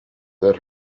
that